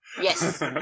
Yes